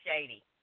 Shady